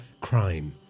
crime